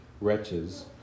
wretches